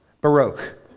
Baroque